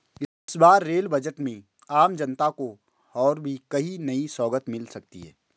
इस बार rail budget में आम जनता को और भी कई नई सौगात मिल सकती हैं